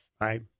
Right